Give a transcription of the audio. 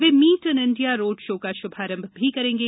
way meet in India road show का श्भारम्भ भी करेंगे